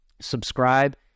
subscribe